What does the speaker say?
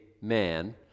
man